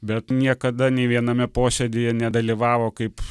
bet niekada nei viename posėdyje nedalyvavo kaip